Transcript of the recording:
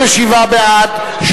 27 בעד,